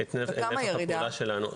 את נפח הפעולה שלנו.